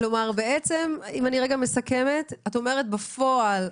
את אומרת שבפועל,